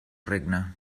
regne